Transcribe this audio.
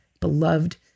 beloved